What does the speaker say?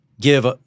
give